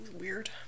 Weird